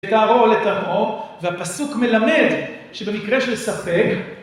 לתערור לתמור והפסוק מלמד שבמקרה של ספק